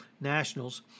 nationals